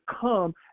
come